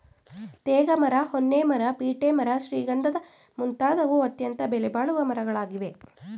ತೇಗ ಮರ, ಹೊನ್ನೆ ಮರ, ಬೀಟೆ ಮರ ಶ್ರೀಗಂಧದ ಮುಂತಾದವು ಅತ್ಯಂತ ಬೆಲೆಬಾಳುವ ಮರಗಳಾಗಿವೆ